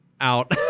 out